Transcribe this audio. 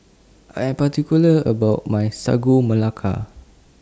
I Am particular about My Sagu Melaka